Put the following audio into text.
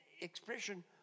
expression